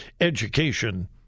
education